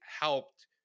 helped